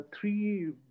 three